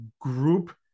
group